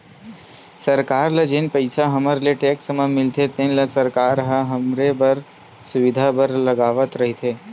सरकार ल जेन पइसा हमर ले टेक्स म मिलथे तेन ल सरकार ह हमरे सुबिधा बर लगावत रइथे